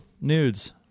nudes